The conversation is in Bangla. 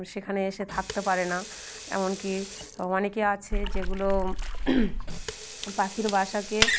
সেখানে এসে থাকতে পারে না এমন কি অনেকে আছে যেগুলো পাখির বাসাকে